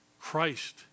Christ